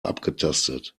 abgetastet